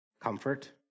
comfort